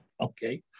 Okay